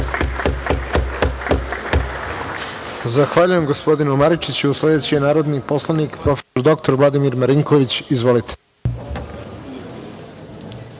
Zahvaljujem, gospodine Maričiću. Reč ima narodni poslanik prof. dr Vladimir Marinković. Izvolite.